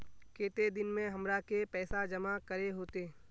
केते दिन में हमरा के पैसा जमा करे होते?